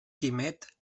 quimet